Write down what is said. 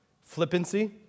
Flippancy